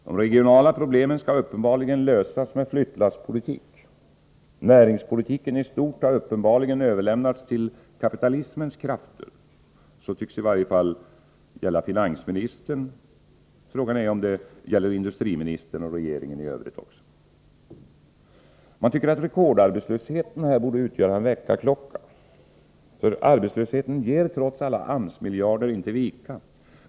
De regionala problemen skall uppenbarligen lösas med flyttlasspolitik. Näringspolitiken i stort har uppenbarligen överlämnats till kapitalismens krafter. Detta tycks i varje fall gälla finansministern. Frågan är om det också gäller industriministern och regeringen i övrigt. Man tycker att rekordarbetslösheten här borde utgöra en väckarklocka. Arbetslösheten ger trots alla AMS-miljarder inte vika.